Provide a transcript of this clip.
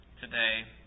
today